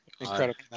incredible